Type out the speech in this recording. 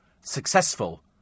successful